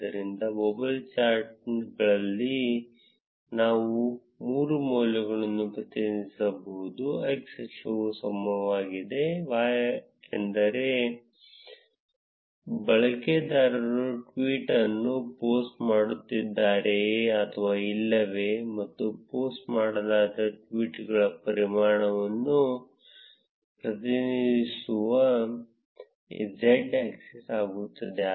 ಆದ್ದರಿಂದ ಬಬಲ್ ಚಾರ್ಟ್ಗಳಲ್ಲಿ ನಾವು ಮೂರು ಮೌಲ್ಯಗಳನ್ನು ಪ್ರತಿನಿಧಿಸಬಹುದು x ಅಕ್ಷವು ಸಮಯವಾಗಿದೆ y axis ಎಂದರೆ ಬಳಕೆದಾರರು ಟ್ವೀಟ್ ಅನ್ನು ಪೋಸ್ಟ್ ಮಾಡುತ್ತಿದ್ದಾರೆಯೇ ಅಥವಾ ಇಲ್ಲವೇ ಮತ್ತು ಪೋಸ್ಟ್ ಮಾಡಲಾದ ಟ್ವೀಟ್ಗಳ ಪರಿಮಾಣವನ್ನು ಪ್ರತಿನಿಧಿಸುವ z ಆಕ್ಸಿಸ್ ಆಗುತ್ತದೆ